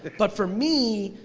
but for me,